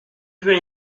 peu